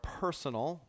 personal